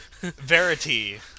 Verity